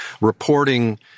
reporting